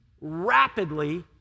rapidly